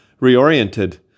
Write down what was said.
reoriented